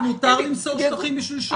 הלכתית מותר למסור שטחים בשביל שלום?